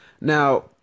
Now